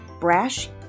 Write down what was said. brash